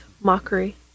mockery